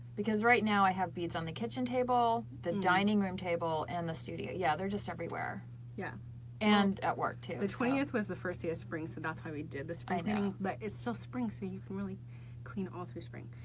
because right now i have beads on the kitchen table, the dining room table and the studio. yeah, they're just everywhere yeah and at work too. the twentieth was the first day of spring so that's why we did this. and and but it still so spring so you can really clean all through spring.